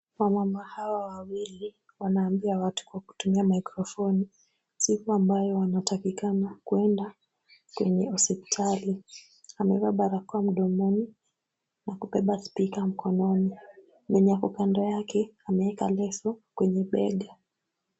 Wamama hawa wawili, wanaambia watu wa kutumia maikrofoni siku ambayo wanatakikana kwenda kwenye hospitali. Amevaa barakoa mdomoni na kubeba spika mkononi. Mwenye ako kando yake ameweka leso kwenye bega.